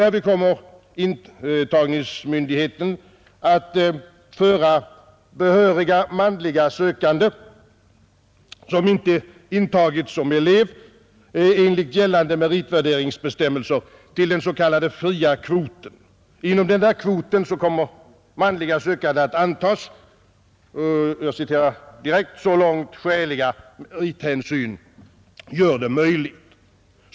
Därvid kommer intagningsmyndigheten att föra behörig manlig sökande, som inte intagits som elev enligt gällande meritvärderingsbestämmelser, till den s.k. fria kvoten. Inom denna kvot kommer manliga sökande att antas ”så långt skäliga merithänsyn gör det möjligt”.